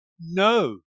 No